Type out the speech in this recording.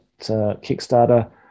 kickstarter